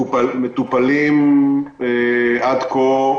עד כה,